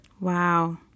Wow